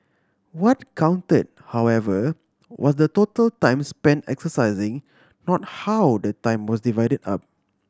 what count however was the total time spent exercising not how the time was divided up